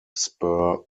spur